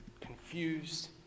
confused